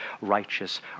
righteous